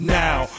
now